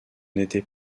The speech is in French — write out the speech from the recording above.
n’était